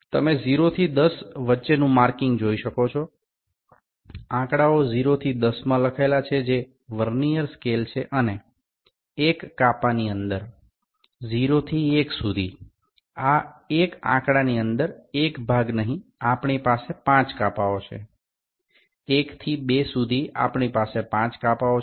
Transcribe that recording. আপনি ০ থেকে ১০ পর্যন্ত চিহ্নগুলি দেখতে পাচ্ছেন সংখ্যাগুলি ০ থেকে ১০ পর্যন্ত লিখিত রয়েছে যা হল একটি ভার্নিয়ার স্কেল এবং ১টি বিভাগের মধ্যে ১টি বিভাগের মধ্যে নয় ০ থেকে ১ পর্যন্ত এই ১ সংখ্যার মধ্যে আমাদের ৫ টি ভাগ রয়েছে ১ থেকে ২ পর্যন্ত আমাদের ৫ টি ভাগ থাকবে